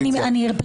אני מאוד מקווה.